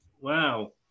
Wow